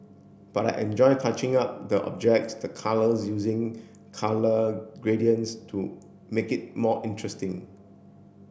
but I enjoy touching up the objects the colours using colour gradients to make it more interesting